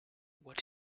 what